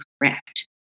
correct